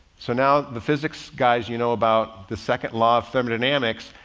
so now the physics guys, you know about the second law of thermodynamics,